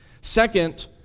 Second